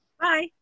Bye